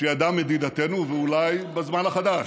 שידעה מדינתנו, ואולי בזמן החדש,